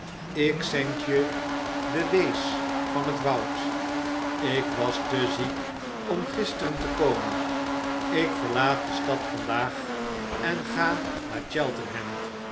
ik zend je de wees van het woud ik was te ziek om gisteren te komen ikverlaat de stad vandaag en ga naar cheltenham